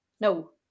No